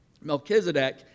Melchizedek